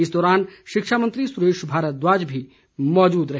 इस दौरान शिक्षा मंत्री सुरेश भारद्वाज भी मौजूद रहे